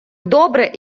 добре